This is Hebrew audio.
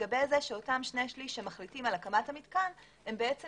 שאותם שני שליש שמחליטים על הקמת המתקן הם בעצם